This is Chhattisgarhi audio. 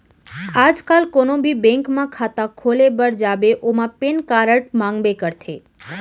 आज काल कोनों भी बेंक म खाता खोले बर जाबे ओमा पेन कारड मांगबे करथे